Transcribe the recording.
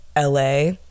LA